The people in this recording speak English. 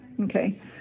Okay